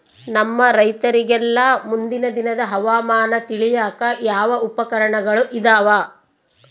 ನಮ್ಮ ರೈತರಿಗೆಲ್ಲಾ ಮುಂದಿನ ದಿನದ ಹವಾಮಾನ ತಿಳಿಯಾಕ ಯಾವ ಉಪಕರಣಗಳು ಇದಾವ?